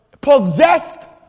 possessed